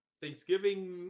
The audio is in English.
Thanksgiving